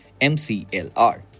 MCLR